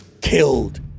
killed